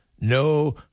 No